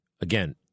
Again